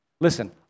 Listen